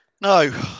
no